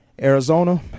Arizona